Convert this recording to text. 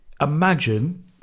Imagine